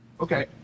Okay